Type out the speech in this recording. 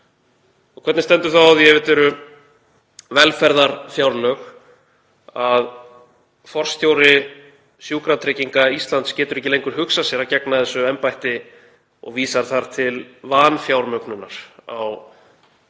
Hvernig stendur þá á því, ef þetta eru velferðarfjárlög, að forstjóri Sjúkratrygginga Íslands getur ekki lengur hugsað sér að gegna þessu embætti og vísar þar til vanfjármögnunar á þeim